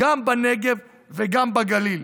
גם בנגב וגם בגליל,